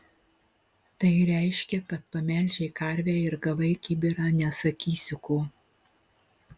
tai reiškia kad pamelžei karvę ir gavai kibirą nesakysiu ko